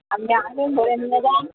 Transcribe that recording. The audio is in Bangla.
আপনি আসুন ধরে নিয়ে যান